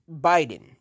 Biden